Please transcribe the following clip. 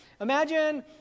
Imagine